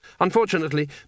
Unfortunately